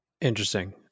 Interesting